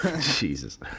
jesus